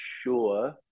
sure